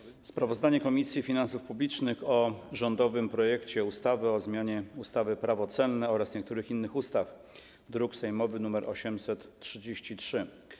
Przedstawiam sprawozdanie Komisji Finansów Publicznych o rządowym projekcie ustawy o zmianie ustawy - Prawo celne oraz niektórych innych ustaw, druk sejmowy nr 833.